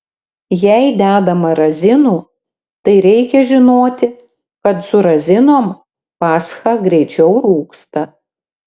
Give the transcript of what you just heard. jei dedama razinų tai reikia žinoti kad su razinom pascha greičiau rūgsta